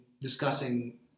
discussing